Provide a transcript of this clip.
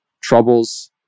troubles